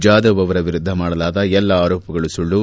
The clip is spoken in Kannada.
ಜಾಧವ್ ಅವರ ವಿರುದ್ದ ಮಾಡಲಾದ ಎಲ್ಲ ಆರೋಪಗಳು ಸುಳ್ಳು